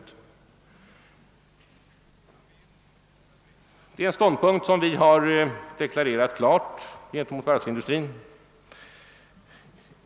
Vi har klart deklarerat för varyvsindustrin att vi har den ståndpunkten.